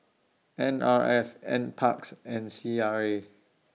N R F N Parks and C R A